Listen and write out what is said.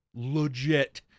legit